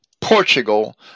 Portugal